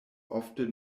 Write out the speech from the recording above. ofte